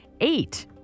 eight